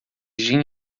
gin